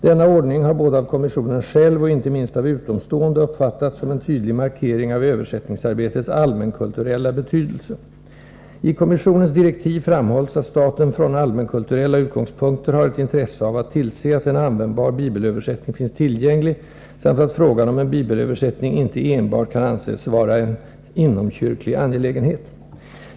Denna ordning har både av kommissionen själv och inte minst av utomstående uppfattats som en tydlig markering av översättningsarbetets allmänkulturella betydelse. I kommissionens direktiv framhålls att staten från allmänkulturella utgångspunkter har ett intresse av att tillse att en användbar bibelöversättning finns tillgänglig samt att frågan om en bibelöversättning inte enbart kan anses vara en inomkyrklig angelägenhet.